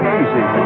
easy